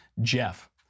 Jeff